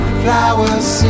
flowers